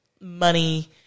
money